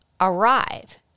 arrive